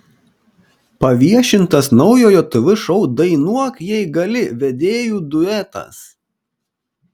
paviešintas naujojo tv šou dainuok jei gali vedėjų duetas